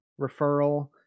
referral